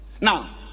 now